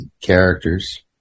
characters